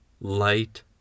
light